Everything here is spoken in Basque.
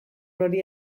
hori